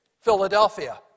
Philadelphia